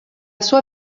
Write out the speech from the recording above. sua